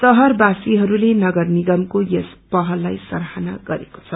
शहरवासीहरूले नगर निगमको यस पहललाई सराहना गरेको छ